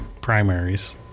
primaries